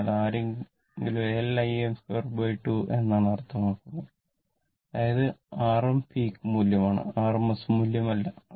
അതിനാൽ ആരെങ്കിലും L Im 22 എന്നാണ് അർത്ഥമാക്കുന്നതെങ്കിൽ അത് R m പീക്ക് മൂല്യമാണ് rms മൂല്യമല്ല